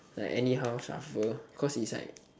like anyhow shuffle cause it's like